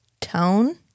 tone